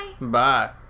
Bye